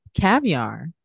caviar